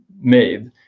made